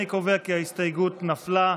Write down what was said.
אני קובע כי ההסתייגות נפלה.